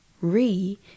re